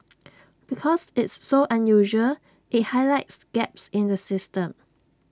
because it's so unusual IT highlights gaps in the system